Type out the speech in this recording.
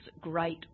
great